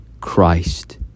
Christ